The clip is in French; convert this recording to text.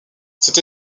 cette